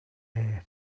here